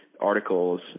articles